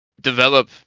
develop